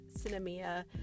Cinemia